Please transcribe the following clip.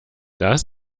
das